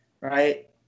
Right